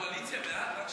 הקואליציה בעד?